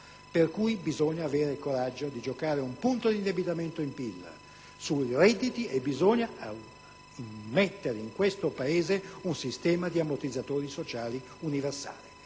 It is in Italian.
Pertanto, bisogna avere il coraggio di giocare un punto di indebitamento del PIL sui redditi e bisogna immettere in questo Paese un sistema di ammortizzatori sociali universale,